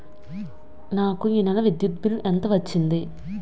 నాకు ఈ నెల విద్యుత్ బిల్లు ఎంత వచ్చింది?